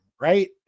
right